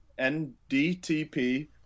NDTP